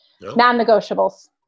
non-negotiables